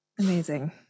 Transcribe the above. Amazing